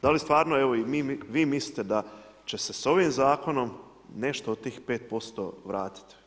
Da li stvarno, evo i vi mislite da će se s ovim Zakonom nešto od tih 5% vratiti?